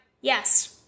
Yes